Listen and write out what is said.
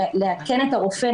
לעדכן את הרופא,